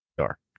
Sure